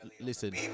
listen